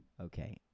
Okay